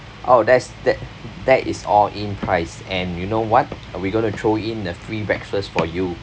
oh that's that that is all in price and you know what we're going to throw in a free breakfast for you